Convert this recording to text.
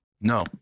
No